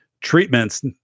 treatments